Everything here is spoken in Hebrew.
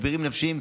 משברים נפשיים,